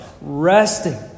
resting